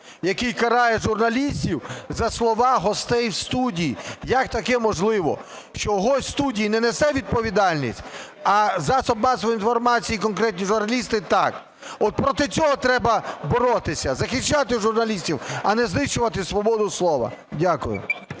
який карає журналістів за слова гостей в студії. Як таке можливо? Чогось студія не несе відповідальність, а засоби масової інформації, конкретні журналісти так. От проти цього треба боротися, захищати журналістів, а не знищувати свободу слова. Дякую.